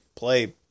play